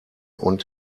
und